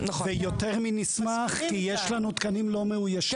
ויותר מאשר נשמח כי יש לנו תקנים לא מאוישים.